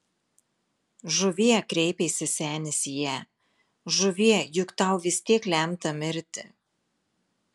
žuvie kreipėsi senis į ją žuvie juk tau vis tiek lemta mirti